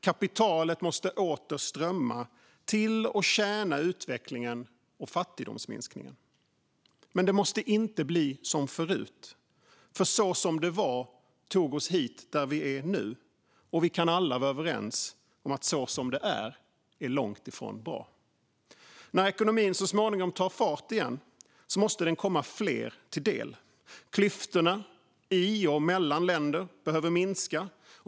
Kapitalet måste åter strömma till och tjäna utvecklingen och fattigdomsminskningen. Men det måste inte bli som förut. Det som var tog oss hit där vi är nu, och vi kan alla vara överens om att det långt ifrån är bra som det är. När ekonomin så småningom tar fart igen måste den komma fler till del. Klyftorna i och mellan länder behöver minska.